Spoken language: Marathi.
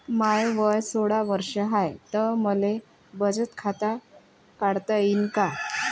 माय वय सोळा वर्ष हाय त मले बचत खात काढता येईन का?